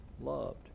loved